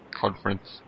conference